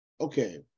Okay